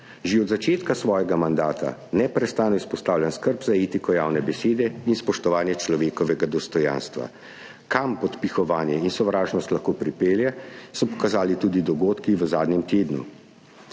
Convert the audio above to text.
Že od začetka svojega mandata neprestano izpostavljam skrb za etiko javne besede in spoštovanje človekovega dostojanstva. Kam podpihovanje in sovražnost lahko pripeljeta, so pokazali tudi dogodki v zadnjem tednu.